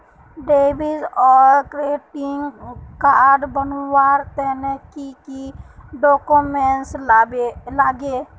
Debit आर credit card बनवार तने की की डॉक्यूमेंट लागे?